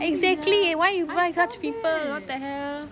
exactly why you find such people what the hell